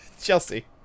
Chelsea